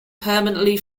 permanently